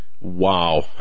wow